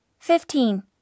Fifteen